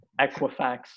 Equifax